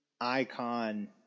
icon